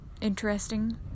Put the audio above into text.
interesting